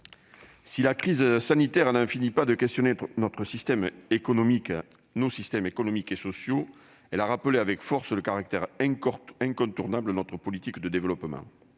si la crise sanitaire n'en finit pas de questionner nos systèmes économiques et sociaux, elle a aussi permis de souligner avec force le caractère incontournable de notre politique de développement.